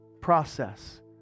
process